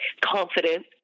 confident